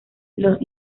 los